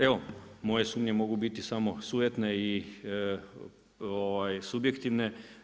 Evo, moje sumnje mogu biti samo sujetne i subjektivne.